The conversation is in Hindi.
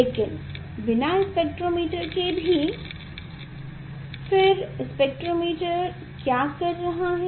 लेकिन बिना स्पेक्ट्रोमीटर के भी फिर स्पेक्ट्रोमीटर क्या कर रहा है